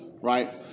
right